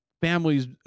families